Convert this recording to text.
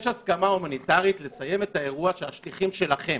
יש הסכמה הומניטרית לסיים את האירוע שהשליחים שלכם,